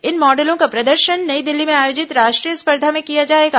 इन मॉडलों का प्रदर्शन नई दिल्ली में आयोजित राष्ट्रीय स्पर्धा में किया जाएगा